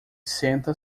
senta